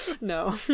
No